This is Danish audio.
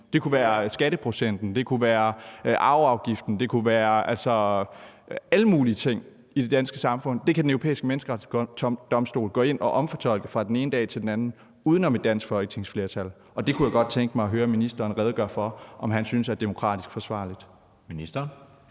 Det kunne være skatteprocenten, det kunne være arveafgiften, det kunne være alle mulige ting i det danske samfund. Det kan Den Europæiske Menneskerettighedsdomstol gå ind og omfortolke fra den ene dag til den anden uden om et dansk folketingsflertal. Det kunne jeg godt tænke mig at høre ministeren redegøre for om han synes er demokratisk forsvarligt. Kl.